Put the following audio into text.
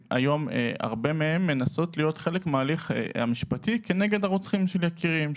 הרבה מהם מנסות להיות חלק מהליך משפטי כנגד הרוצחים של יקיריהם.